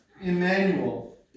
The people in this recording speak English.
Emmanuel